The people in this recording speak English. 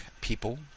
people